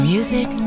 Music